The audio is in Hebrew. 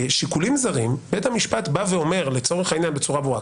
בשיקולים זרים בית המשפט בא ואומר לצורך העניין בצורה ברורה,